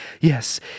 Yes